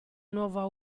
nuova